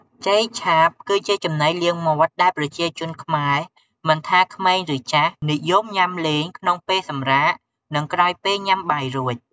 ចេកឆាបគឺជាចំណីលាងមាត់ដែលប្រជាជនខ្មែរមិនថា ក្មេង ឬចាស់និយមញុាំលេងក្នុងពេលសម្រាក និងក្រោយពេលញុំាបាយរួច។